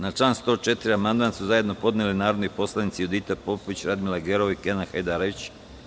Na član 104. amandman su zajedno podneli narodni poslanici Judita Popović, Radmila Gerov i Kenan Hajdarević.